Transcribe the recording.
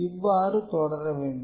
இவ்வாறு தொடர வேண்டும்